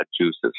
juices